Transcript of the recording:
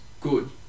good